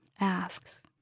asks